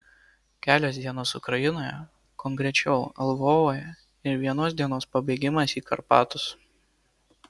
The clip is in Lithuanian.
kelios dienos ukrainoje konkrečiau lvove ir vienos dienos pabėgimas į karpatus